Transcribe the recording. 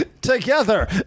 Together